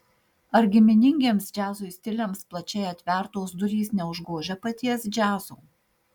ar giminingiems džiazui stiliams plačiai atvertos durys neužgožia paties džiazo